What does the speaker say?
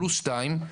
פלוס שתיים,